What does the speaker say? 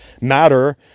matter